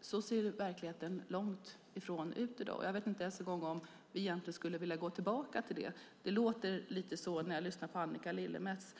Så ser verkligheten långt ifrån ut i dag, och jag vet inte ens om vi egentligen skulle vilja gå tillbaka till detta. Men det låter lite så när jag lyssnar på Annika Lillemets.